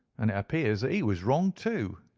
and it appears that he was wrong too.